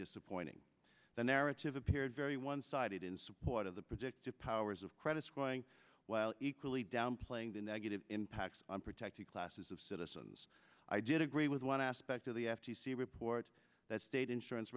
disappointing the narrative appeared very one sided in support of the predictive powers of credit scoring while equally downplaying the negative impact on protected classes of citizens i did agree with one aspect of the f t c report that state insurance